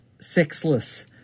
sexless